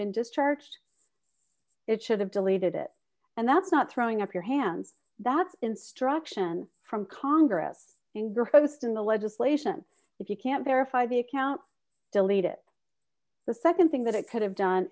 been just charged it should have deleted it and that's not throwing up your hands that's instruction from congress engrossed in the legislation if you can't verify the account delete it the nd thing that it could have done